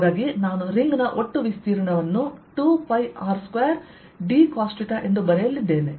ಹಾಗಾಗಿ ನಾನು ರಿಂಗ್ ನ ಒಟ್ಟು ವಿಸ್ತೀರ್ಣವನ್ನು2πR2 dcos ಎಂದು ಬರೆಯಲಿದ್ದೇನೆ